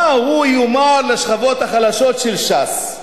מה הוא יאמר לשכבות החלשות של ש"ס?